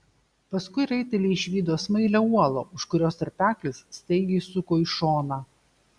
paskui raiteliai išvydo smailią uolą už kurios tarpeklis staigiai suko į šoną